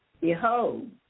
Behold